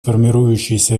формирующейся